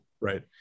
right